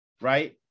right